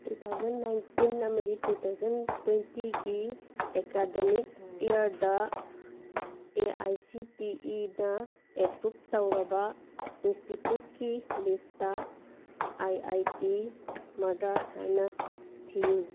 two thousand nineteen ꯑꯃꯗꯤ two thousand ꯇ꯭ꯋꯦꯟꯇꯤꯒꯤ academic ꯏꯌꯔꯗ ꯑꯦ ꯑꯥꯏ ꯁꯤ ꯇꯤ ꯏꯅ ꯑꯦꯄ꯭ꯔꯨꯞ ꯇꯧꯔꯕ ꯏꯟꯁꯇꯤꯇ꯭ꯌꯨꯠꯀꯤ ꯂꯤꯁꯇ ꯑꯥꯏ ꯑꯥꯏ ꯇꯤ ꯃꯗ꯭ꯔꯥꯁ ꯍꯥꯏꯅ ꯊꯤꯎ